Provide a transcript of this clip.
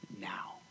now